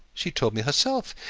she told me herself.